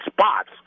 spots